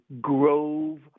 grove